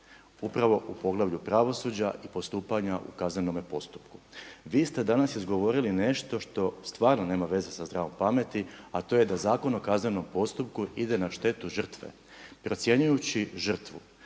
upravo u poglavlju pravosuđa i postupanju u kaznenome postupku. Vi ste danas izgovorili nešto što stvarno nema veze sa zdravom pameti a to je da Zakon o kaznenom postupku ide na štetu žrtve procjenjujući žrtvu.